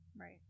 Right